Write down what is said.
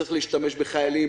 צריך להשתמש בחיילים,